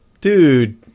Dude